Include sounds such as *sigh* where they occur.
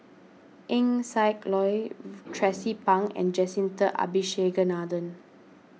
Eng Siak Loy *unintelligible* Tracie Pang and Jacintha Abisheganaden